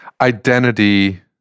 identity